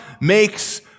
makes